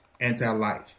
anti-life